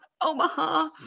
Omaha